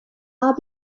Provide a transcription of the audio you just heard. far